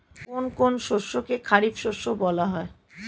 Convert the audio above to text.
কোন কোন শস্যকে খারিফ শস্য বলা হয়?